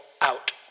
out